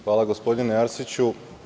Hvala, gospodine Arsiću.